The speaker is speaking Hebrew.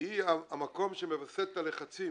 היא המקום שמווסת את הלחצים,